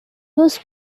was